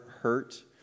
hurt